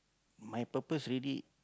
my purpose already